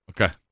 Okay